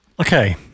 Okay